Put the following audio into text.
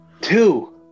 Two